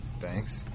thanks